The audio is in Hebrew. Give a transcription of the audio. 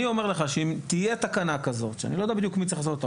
אני אומר לך שאם תהיה תקנה כזאת שאני לא יודע בדיוק מי צריך לעשות אותה,